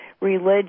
religion